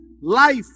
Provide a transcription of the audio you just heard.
life